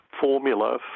formula